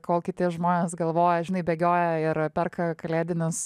kol kiti žmonės galvoja žinai bėgioja ir perka kalėdines